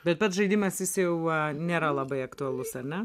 bet pats žaidimas jis jau nėra labai aktualus ar ne